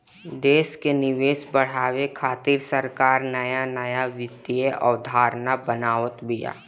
देस कअ निवेश बढ़ावे खातिर सरकार नया नया वित्तीय अवधारणा बनावत बिया